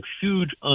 huge